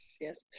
yes